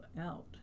out